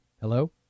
hello